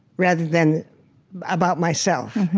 rather than about myself.